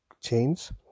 chains